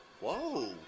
Whoa